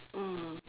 mm